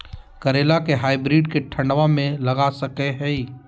करेला के हाइब्रिड के ठंडवा मे लगा सकय हैय?